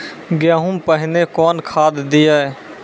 गेहूँ पहने कौन खाद दिए?